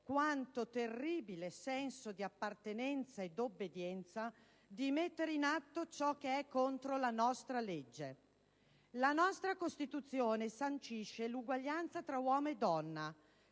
quanto terribile senso di appartenenza ed obbedienza, di mettere in atto ciò che è contro la nostra legge. La nostra Costituzione sancisce l'uguaglianza tra uomo e donna,